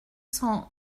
cents